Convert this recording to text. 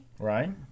Right